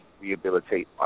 rehabilitate